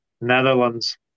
Netherlands